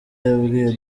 yabwiye